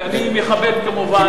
ואני מכבד כמובן,